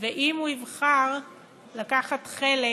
ואם הוא יבחר לקחת חלק